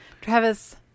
Travis